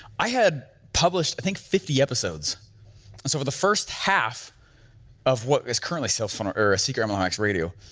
i had published i think fifty episodes. and so for the first half of what is currently cell phone area in secret mlm hacks radio.